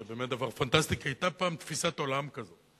זה באמת דבר פנטסטי, כי היתה פעם תפיסת עולם כזאת.